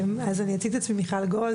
אני מיכל גולד,